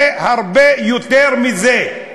יהיה הרבה יותר מזה.